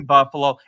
Buffalo